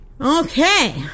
Okay